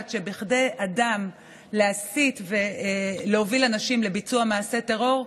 שבכדי אדם להסית ולהוביל אנשים לביצוע מעשי טרור,